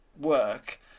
work